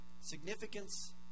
significance